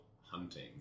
hunting